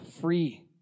free